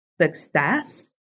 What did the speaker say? success